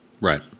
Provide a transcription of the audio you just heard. Right